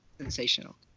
sensational